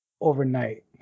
overnight